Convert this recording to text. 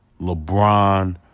LeBron